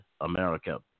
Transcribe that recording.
America